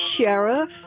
sheriff